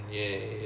mm